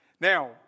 Now